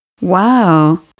Wow